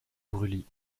brûlis